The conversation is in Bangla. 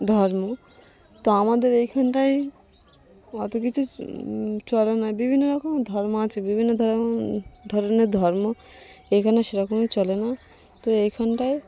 ধর্ম তো আমাদের এইখানটায় অতো কিছু চলে না বিভিন্ন রকম ধর্ম আছে বিভিন্ন ধরম ধরনের ধর্ম এখানে সেরকমই চলে না তো এইখানটায়